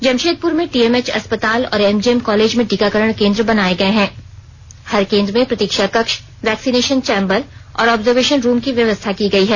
जमशेदपुर में टीएमएच अस्पताल और एमजीएम कॉलेज में टीकाकरण केंद्र बनाए गए हैं हर केंद्र मे प्रतीक्षा कक्ष वैक्सीनेशन चेंबर और ऑब्जर्वेशन रुम की व्यवस्था की गई है